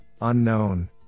unknown